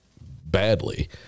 badly